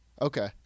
Okay